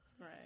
Right